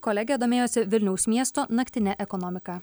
kolegė domėjosi vilniaus miesto naktine ekonomika